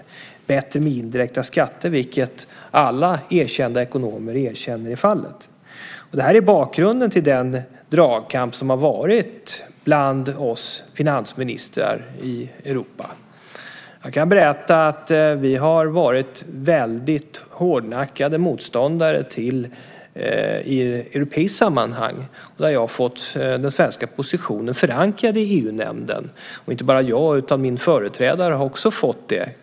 Det är bättre med indirekta skatter, vilket alla erkända ekonomer erkänner i fallet. Detta är bakgrunden till den dragkamp som har varit bland oss finansministrar i Europa. Jag kan berätta att vi har varit hårdnackade motståndare i ett europeiskt sammanhang, där jag har fått den svenska positionen förankrad i EU-nämnden kontinuerligt. Och det gäller inte bara mig, utan min företrädare fick också det.